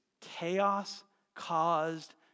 chaos-caused